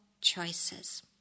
choices